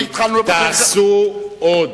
תעשו עוד,